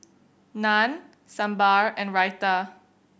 Naan Sambar and Raita